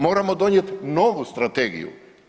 Moramo donijeti novu strategiju.